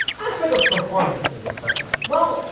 as for the performance of this puppy, well,